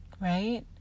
right